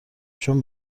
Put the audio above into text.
چون